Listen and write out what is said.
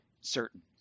certain